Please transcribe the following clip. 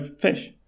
Fish